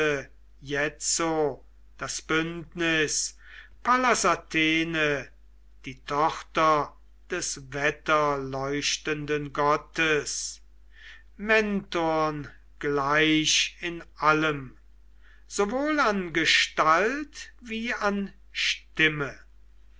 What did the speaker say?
jetzo das bündnis pallas athene die tochter des wetterleuchtenden gottes mentorn gleich in allem sowohl an gestalt wie an